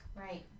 Right